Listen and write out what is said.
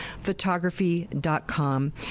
photography.com